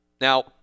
Now